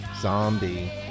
zombie